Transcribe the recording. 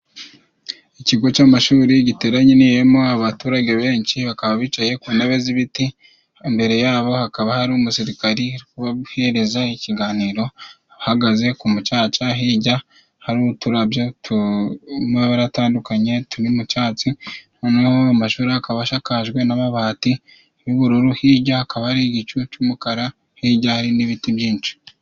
Ikigo cy'amashuri giteraniyemo abaturage benshi bakaba bicaye ku ntebe z'ibiti, imbere yabo hakaba hari umusirikare uri kubabwiriza ikiganiro. Ahagaze ku mucaca hirya hari uturabyo tw'amabara atandukanye turi mu cyatsi, noneho amashuri akaba ashakajwe n'amabati y'ubururu, hirya hakaba ari igicucu cy'umukara hirya hari n'ibiti byinshi.